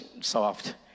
soft